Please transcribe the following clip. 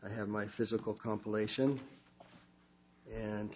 i have my physical compilation and